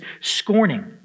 scorning